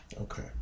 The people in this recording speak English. Okay